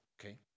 Okay